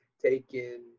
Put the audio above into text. taken